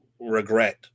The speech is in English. regret